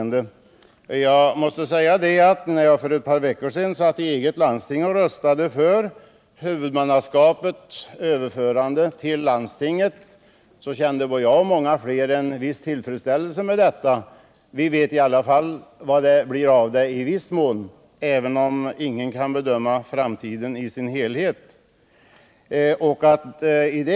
När jag i mitt landsting för ett par veckor sedan röstade för huvudmannaskapets överförande till landstinget kände jag — och jag tror många fler — en viss tillfredsställelse med detta. Därigenom visste vi i någon mån hur det kommer att gå för dessa tvätterier, även om ingen kan bedöma hur det blir i en framtid.